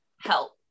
help